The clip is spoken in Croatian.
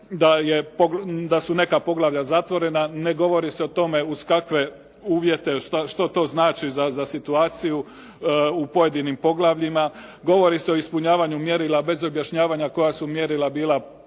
da su neka poglavlja zatvorena. Ne govori se o tome uz kakve uvjete, što to znači za situaciju u pojedinim poglavljima. Govori se o ispunjavanju mjerila bez objašnjavanja koja su mjerila bila postavljena